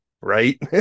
right